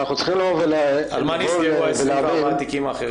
ואנחנו צריכים להבין --- על מה נסגרו 24 התיקים האחרים?